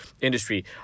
industry